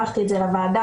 שלחתי את זה לוועדה,